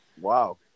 Wow